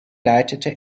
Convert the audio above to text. leitete